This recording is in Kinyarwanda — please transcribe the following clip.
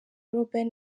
robben